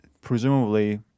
presumably